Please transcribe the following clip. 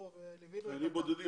שנים,